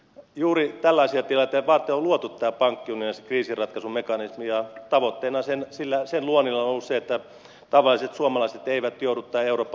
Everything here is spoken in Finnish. juuri tällaisia tilanteita varten on luotu tämä pankkiunioni ja se kriisinratkaisumekanismi ja tavoitteena sen luonnilla on ollut se että tavalliset suomalaiset tai eurooppalaiset eivät joudu vastaamaan näistä